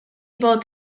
bod